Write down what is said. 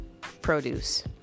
produce